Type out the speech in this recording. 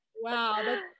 Wow